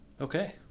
Okay